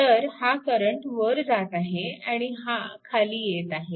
तर हा करंट वर जात आहे आणि हा खाली जात आहे